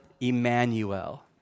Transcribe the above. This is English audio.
Emmanuel